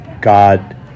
god